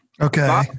Okay